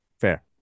fair